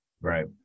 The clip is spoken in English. Right